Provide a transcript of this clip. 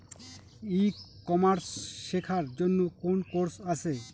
ই commerce শেক্ষার জন্য কোন কোর্স আছে?